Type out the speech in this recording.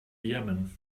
yemen